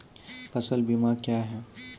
फसल बीमा क्या हैं?